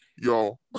y'all